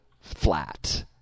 flat